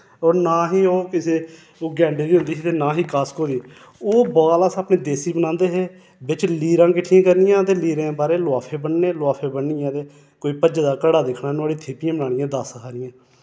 होर ना ही ओह् किसै ओह् गैंडे दी होंदी ही ते नां ही कास्को दी ओह् बाल अस अपनी देसी बनांदे हे बिच्च लीरां किट्ठियां करनियां ते लीरें बाह्रें लफाफे बन्नने लफाफे बन्नियै ते कोई भज्जदा घड़ा दिक्खना नोह्डियां ठिप्पियां बनानियां दस हारियां